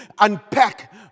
unpack